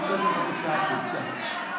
תצא, בבקשה, החוצה.